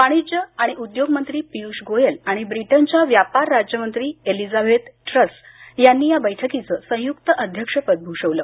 वाणिज्य आणि उद्योग मंत्री पियुष गोयल आणि ब्रिटनच्या व्यापार राज्य मंत्री एलिझाबेथ ट्रस यांनी या बैठकीचं संयुक्त अध्यक्षपद भूषवलं